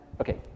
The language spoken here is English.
Okay